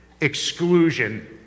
exclusion